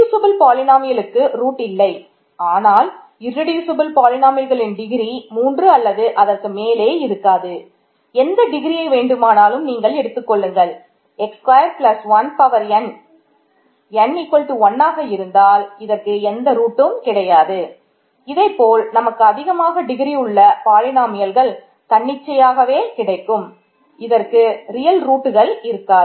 ரெடுசியப்பல் இருக்கும்